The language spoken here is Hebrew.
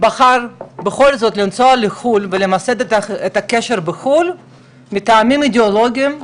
שבחר בכל זאת לנסוע לחו"ל ולמסד את הקשר בחו"ל מטעמים אידיאולוגיים,